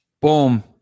Boom